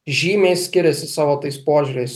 žymiai skiriasi savo tais požiūriais